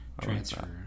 transfer